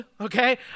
okay